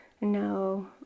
no